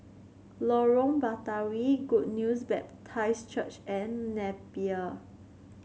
Lorong Batawi Good News Baptist Church and Napier